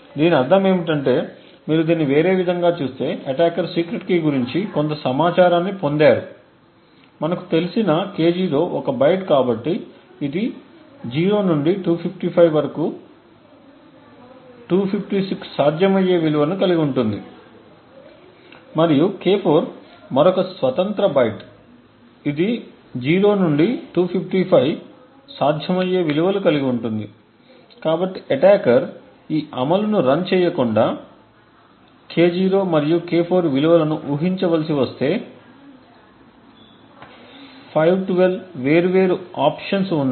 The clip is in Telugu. దీని అర్థం ఏమిటంటే మీరు దీన్ని వేరే విధంగా చూస్తే అటాకర్ సీక్రెట్ కీ గురించి కొంత సమాచారాన్ని పొందారు మనకు తెలిసిన K0 ఒక బైట్ కాబట్టి ఇది 0 నుండి 255 వరకు 256 సాధ్యమయ్యే విలువలను కలిగి ఉంది మరియు K4 మరొక స్వతంత్ర బైట్ ఇది 0 నుండి 255 సాధ్యమయ్యే విలువలు కలిగి ఉంది కాబట్టి అటాకర్ ఈ అమలు ను రన్చేయకుండా K0 మరియు K4 విలువలను ఊహించవలసివస్తే 512 వేర్వేరు ఆప్షన్స్ ఉన్నాయి